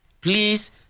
please